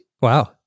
Wow